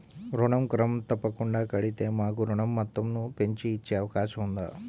ఋణం క్రమం తప్పకుండా కడితే మాకు ఋణం మొత్తంను పెంచి ఇచ్చే అవకాశం ఉందా?